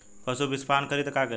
पशु विषपान करी त का करी?